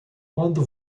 quando